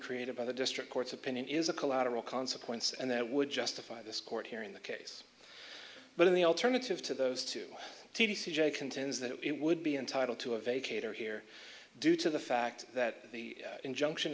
created by the district court's opinion is a collateral consequence and that would justify this court hearing the case but in the alternative to those two tedious objection tunes that it would be entitled to a vacate or here due to the fact that the injunction